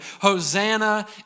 Hosanna